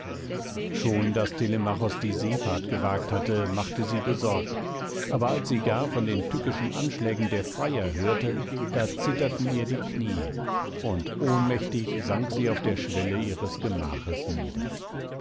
schon daß telemachos die seefahrt gewagt hatte machte sie besorgt aber als sie gar von den tückischen anschlägen der freier hörte da zitterten ihr die kniee und ohnmächtig sank sie auf der schwelle ihres gemaches nieder